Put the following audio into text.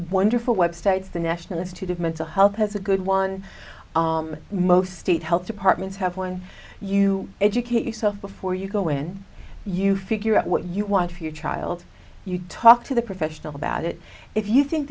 wonderful web states the national institute of mental health has a good one most state health departments have one you educate yourself before you go in you figure out what you want for your child you talk to the professional about it if you think